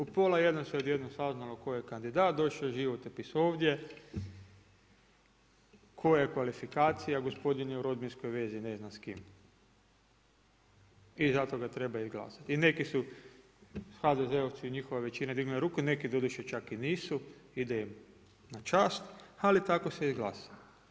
U pola 1 su odjednom saznali tko je kandidat, došao je životopis ovdje koja je kvalifikacija, gospodin je u rodbinskoj vezi ne znam s kim i zato ga trebaju izglasati i neki su HDZ-ovci, njihova većina dignula ruku, neki doduše čak i nisu, ide im na čast, ali tako se izglasao.